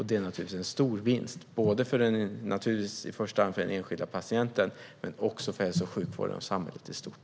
Det är en stor vinst i första hand för den enskilda patienten men också för hälso och sjukvården och samhället i stort.